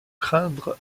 craindre